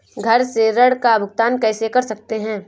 घर से ऋण का भुगतान कैसे कर सकते हैं?